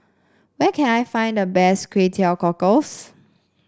where can I find the best Kway Teow Cockles